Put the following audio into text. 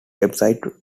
website